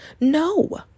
no